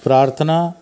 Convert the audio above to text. प्रार्थना